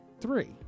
three